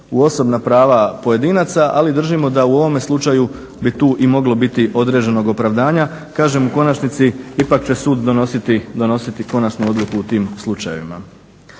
u osobna prava pojedinaca ali držimo da u ovome slučaju bi tu i moglo biti određenog opravdanja. Kažem u konačnici ipak će sud donositi konačnu odluku u tim slučajevima.